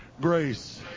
grace